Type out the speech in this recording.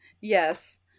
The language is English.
Yes